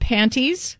Panties